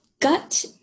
gut